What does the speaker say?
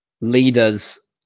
leaders